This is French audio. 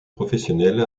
professionnel